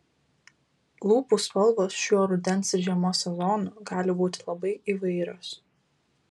lūpų spalvos šiuo rudens ir žiemos sezonu gali būti labai įvairios